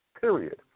period